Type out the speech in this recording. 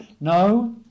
No